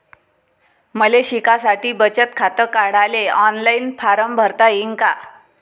मले शिकासाठी बचत खात काढाले ऑनलाईन फारम भरता येईन का?